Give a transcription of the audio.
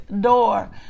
door